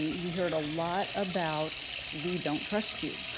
you heard a lot about we don't trust you.